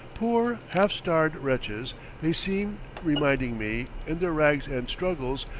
poor, half-starved wretches they seem, reminding me, in their rags and struggles,